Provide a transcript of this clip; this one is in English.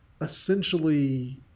essentially